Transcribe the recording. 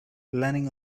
landing